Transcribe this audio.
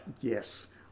Yes